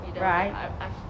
right